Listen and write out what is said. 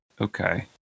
Okay